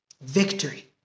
victory